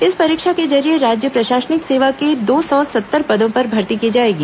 इस परीक्षा के जरिये राज्य प्रशासनिक सेवा के दो सौ सत्तर पदों पर भर्ती की जाएगी